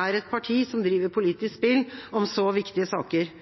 er et parti som driver politisk spill om så viktige saker.